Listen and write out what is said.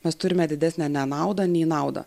mes turime didesnę nenaudą nei naudą